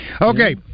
Okay